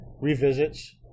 revisits